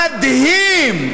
מדהים,